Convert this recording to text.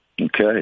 Okay